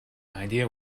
idea